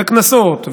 וקנסות,